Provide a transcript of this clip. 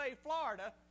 Florida